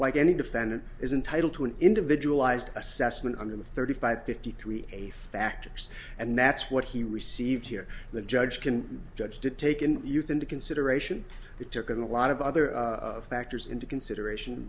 like any defendant is entitled to an individual eyes assessment under the thirty five fifty three a factors and that's what he received here the judge can judge to take in youth into consideration it took a lot of other factors into consideration